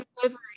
delivery